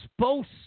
supposed